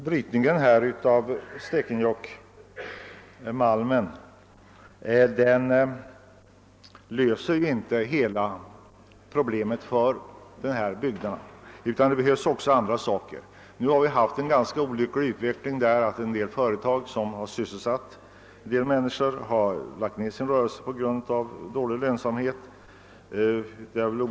Brytningen av Stekenjokkmalmen löser naturligtvis inte hela problemet för dessa bygder även andra åtgärder måste vidtas. Utvecklingen här har varit ganska olycklig; en del företag har lagts ned på grund av dålig lönsamhet.